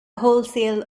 wholesale